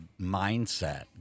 mindset